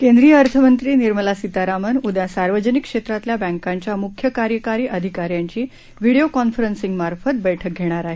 केंद्रीय अर्थमंत्री निर्मला सीतारामन उद्या सार्वजनिक क्षेत्रातल्या बँकांच्या मुख्य कार्यकारी अधिकाऱ्यांची व्हिडीओ कॉन्फरन्सिंगमार्फत बैठक घेणार आहेत